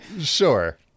Sure